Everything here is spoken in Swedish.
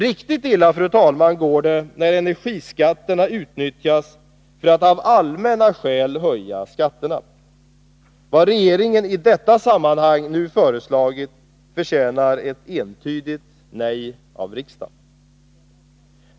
Riktigt illa, fru talman, går det när energiskatterna utnyttjas för att av allmänna skäl höja skatterna. Vad regeringen i detta sammanhang nu har föreslagit förtjänar ett entydigt nej av riksdagen.